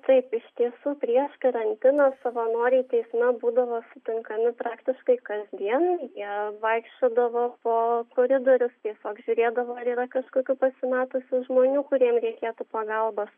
taip iš tiesų prieš karantiną savanoriai teisme būdavo sutinkami praktiškai kasdien jie vaikščiodavo po koridorius tiesiog žiūrėdavo ar yra kažkokių pasimetusių žmonių kuriem reikėtų pagalbos